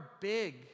big